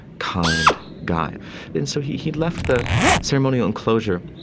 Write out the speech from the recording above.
kind guy and so he he left the ceremony enclosure,